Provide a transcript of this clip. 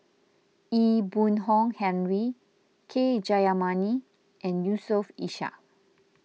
Ee Boon Kong Henry K Jayamani and Yusof Ishak